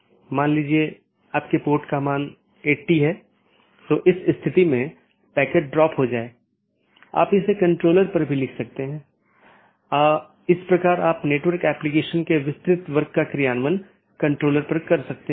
इसलिए पथ का वर्णन करने और उसका मूल्यांकन करने के लिए कई पथ विशेषताओं का उपयोग किया जाता है और राउटिंग कि जानकारी तथा पथ विशेषताएं साथियों के साथ आदान प्रदान करते हैं इसलिए जब कोई BGP राउटर किसी मार्ग की सलाह देता है तो वह मार्ग विशेषताओं को किसी सहकर्मी को विज्ञापन देने से पहले संशोधित करता है